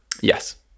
yes